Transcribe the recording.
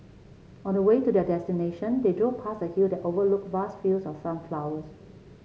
on the way to their destination they drove past a hill that overlooked vast fields of sunflowers